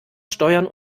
steuern